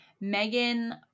Megan